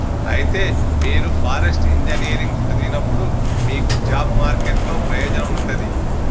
అయితే మీరు forest engineering సదివినప్పుడు మీకు జాబ్ మార్కెట్ లో ప్రయోజనం ఉంటది